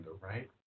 right